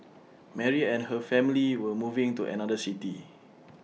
Mary and her family were moving to another city